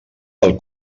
del